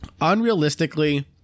Unrealistically